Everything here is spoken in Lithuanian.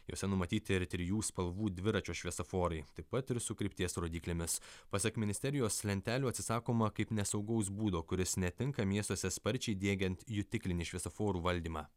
jose numatyti ir trijų spalvų dviračio šviesoforai taip pat ir su krypties rodyklėmis pasak ministerijos lentelių atsisakoma kaip nesaugaus būdo kuris netinka miestuose sparčiai diegiant jutiklinį šviesoforų valdymą